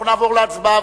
אנחנו נעבור להצבעה,